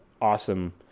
awesome